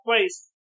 place